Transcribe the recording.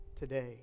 today